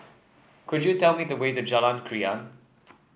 could you tell me the way to Jalan Krian